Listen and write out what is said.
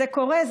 זה קורה בפועל?